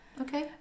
okay